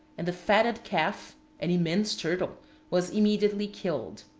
and the fatted calf an immense turtle was immediately killed.